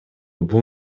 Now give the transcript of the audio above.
бул